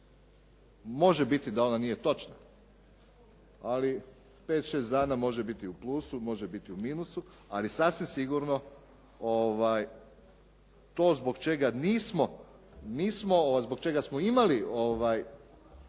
Može biti da ona nije točna, ali 5, 6 dana može biti u plusu, može biti u minusu, ali sasvim sigurno to zbog čega nismo,